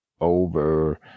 Over